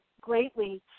greatly